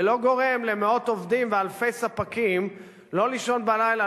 ולא גורם למאות עובדים ואלפי ספקים לא לישון בלילה,